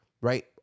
Right